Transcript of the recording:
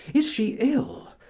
is she ill?